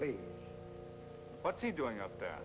me what's he doing up there